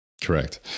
Correct